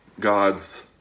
God's